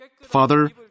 Father